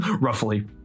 roughly